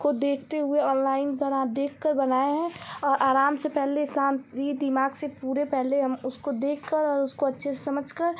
को देखते हुए अनलाईन बना देख कर बनाए हैं और आराम से पहले शांति दिमाग से पूरे पहले हम उसको देखकर और उसको अच्छे से समझकर